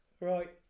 Right